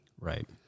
Right